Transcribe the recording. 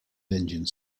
engine